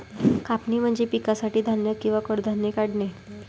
कापणी म्हणजे पिकासाठी धान्य किंवा कडधान्ये काढणे